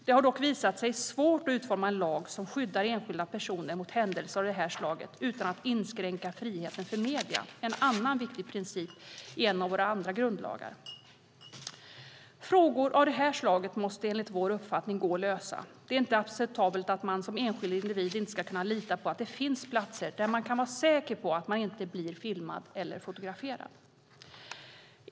Det har dock visat sig svårt att utforma en lag som skyddar enskilda personer mot händelser av det här slaget utan att inskränka friheten för medier, vilket är en annan viktig princip i en av våra grundlagar. Frågor av det här slaget måste enligt vår uppfattning gå att lösa. Det är inte acceptabelt att man som enskild individ inte ska kunna lita på att det finns platser där man kan vara säker på att man inte bli filmad eller fotograferad.